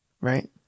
right